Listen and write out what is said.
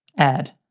ad.